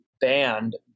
banned